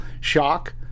shock